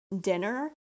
dinner